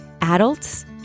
Adults